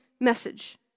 message